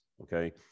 Okay